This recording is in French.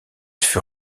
fut